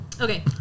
Okay